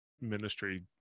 ministry